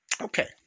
okay